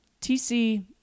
TC